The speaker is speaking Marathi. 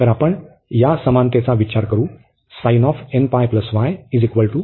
तर आपण या समानतेचा वापर करु